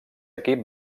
equip